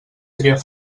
triar